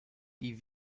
die